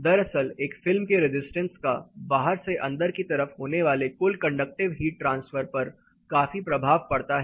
दरअसल इस फिल्म के रजिस्टेंस का बाहर से अंदर की तरफ होने वाले कुल कंडक्टिव हीट ट्रांसफर पर काफी प्रभाव पड़ता है